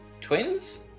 twins